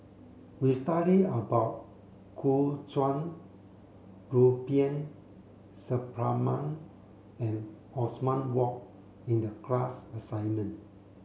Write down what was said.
we study about Gu Juan Rubiah Suparman and Othman Wok in the class assignment